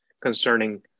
concerning